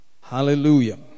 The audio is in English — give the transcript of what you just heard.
Hallelujah